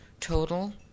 total